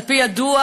על-פי הדוח,